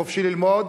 "חופשי ללמוד",